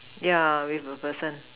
yeah with a person